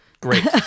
Great